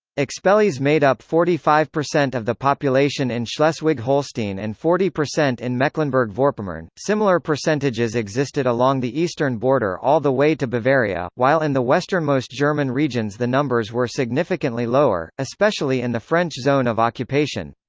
expellees made up forty five percent of the population in schleswig-holstein and forty percent in mecklenburg-vorpommern similar percentages existed along the eastern border all the way to bavaria, while in and the westernmost german regions the numbers were significantly lower, especially in the french zone of occupation.